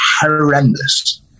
horrendous